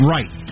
Right